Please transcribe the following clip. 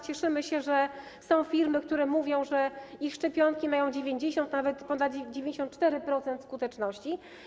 Cieszymy się, że są firmy, które mówią, że ich szczepionki mają 90%, a nawet ponad 94% skuteczności.